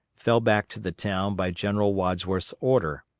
fell back to the town by general wadsworth's order.